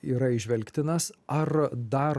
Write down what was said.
yra įžvelgtinas ar dar